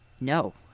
No